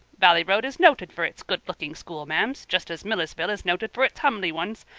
valley road is noted for its good-looking schoolma'ams, just as millersville is noted for its humly ones.